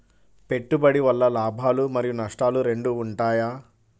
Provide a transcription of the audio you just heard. పెట్టుబడి వల్ల లాభాలు మరియు నష్టాలు రెండు ఉంటాయా?